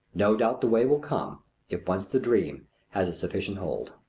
no doubt the way will come if once the dream has a sufficient hold.